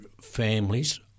families